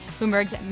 Bloomberg's